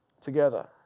together